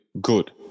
good